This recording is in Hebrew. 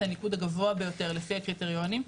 הניקוד הגבוה ביותר לפי הקריטריונים,